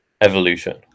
evolution